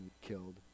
killed